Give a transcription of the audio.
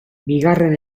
bigarren